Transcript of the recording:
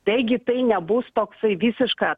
taigi tai nebus toksai visiška